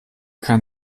kann